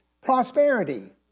prosperity